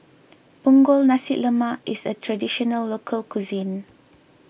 Punggol Nasi Lemak is a Traditional Local Cuisine